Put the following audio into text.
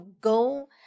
go